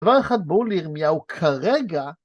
דבר אחד, בואו לירמיהו כרגע.